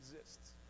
exists